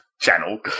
channel